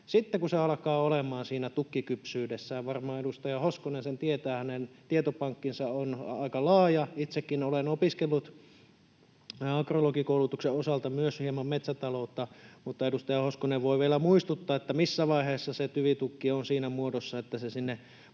Sitten, kun se alkaa olemaan siinä tukkikypsyydessään — varmaan edustaja Hoskonen sen tietää, hänen tietopankkinsa on aika laaja, itsekin olen opiskellut agrologikoulutuksen osalta myös hieman metsätaloutta, mutta edustaja Hoskonen voi vielä muistuttaa, missä vaiheessa se tyvitukki on siinä muodossa — se